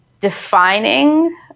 defining